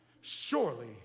Surely